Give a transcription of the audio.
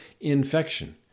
infection